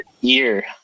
year